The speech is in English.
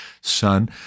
son